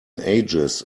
ages